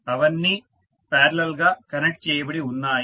అవన్నీ పారలల్ గా కనెక్ట్ చేయబడి ఉన్నాయి